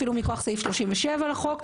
אפילו מכוח סעיף 37 לחוק,